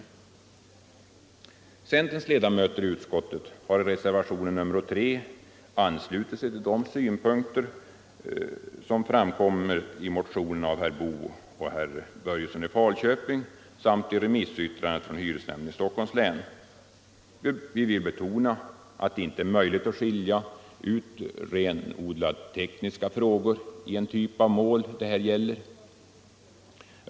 Vi centerledamöter i utskottet har i reservationen 3 anslutit oss till synpunkterna i motionen av herrar Boo och Börjesson i Falköping samt i remissyttrandet från hyresnämnden i Stockholms län. Vi vill betona att det inte är möjligt att skilja ut renodlat tekniska frågor i den typ av mål det här gäller.